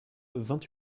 vingt